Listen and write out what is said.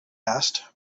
asked